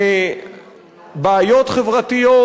לבעיות חברתיות,